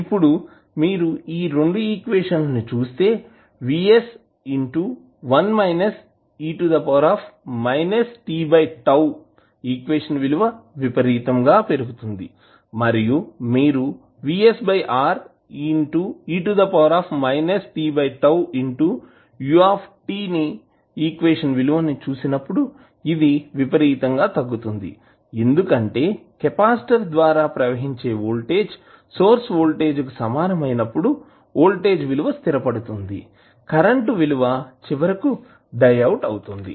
ఇప్పుడు మీరు ఈ 2 ఈక్వేషన్లను చూస్తే ఈక్వేషన్ విలువ విపరీతంగా పెరుగుతుంది మరియు మీరు ఈక్వేషన్ విలువ చూసినప్పుడు ఇది విపరీతంగా తగ్గుతోంది ఎందుకంటే కెపాసిటర్ ద్వారా ప్రవహించే వోల్టేజ్ సోర్స్ వోల్టేజ్ కు సమానం అయినప్పుడు వోల్టేజ్ విలువ స్థిరపడుతుంది కరెంట్ విలువ చివరికి డై అవుట్ అవుతుంది